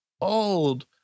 old